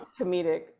comedic